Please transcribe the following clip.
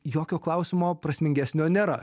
jokio klausimo prasmingesnio nėra